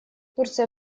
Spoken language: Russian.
турция